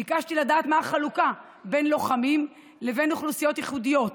ביקשתי לדעת מה החלוקה בין לוחמים לבין אוכלוסיות ייחודיות.